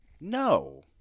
No